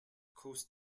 coast